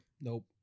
Nope